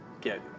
get